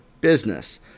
business